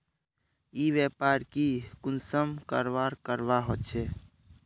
ई व्यापार की कुंसम करवार करवा होचे?